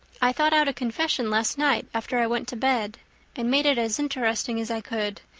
i thought out a confession last night after i went to bed and made it as interesting as i could.